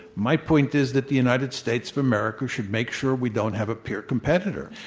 my point is that the united states of america should make sure we don't have a peer competitor.